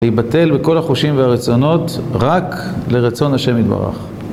להיבטל בכל החושים והרצונות, רק לרצון השם יתברך.